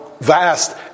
vast